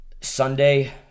Sunday